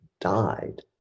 died